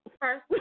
First